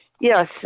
Yes